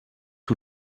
who